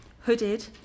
hooded